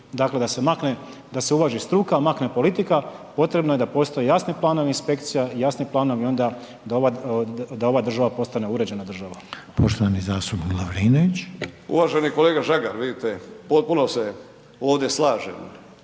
makne, da se uvaži struka, makne politika, potrebno je da postoje jasni planovi inspekcija, jasni planovi onda da ova država postane uređena država. **Reiner, Željko (HDZ)** Poštovani